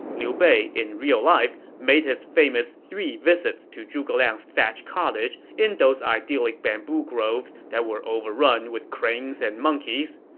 liu bei, in real life, made his famous three visits to zhuge liang's thatched cottage in those idyllic bamboo groves that were overrun with cranes and monkeys.